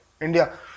India